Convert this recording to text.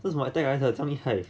为什么 attack 还有这样厉害